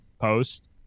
post